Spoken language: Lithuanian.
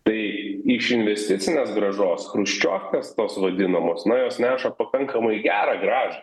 tai iš investicinės grąžos chruščiovkės tos vadinamos na jos neša pakankamai gerą gražą